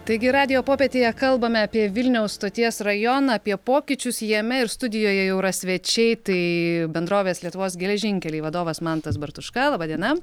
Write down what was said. taigi radijo popietėje kalbame apie vilniaus stoties rajoną apie pokyčius jame ir studijoje jau yra svečiai tai bendrovės lietuvos geležinkeliai vadovas mantas bartuška laba diena